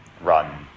run